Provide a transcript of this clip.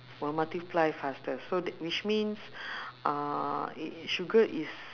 will multiply faster so tha~ which means uh i~ i~ sugar is